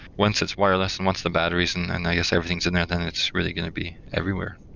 once it's wireless and once the batteries and and i guess everything is in there, then it's really going to be everywhere.